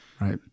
Right